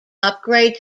upgrade